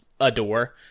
adore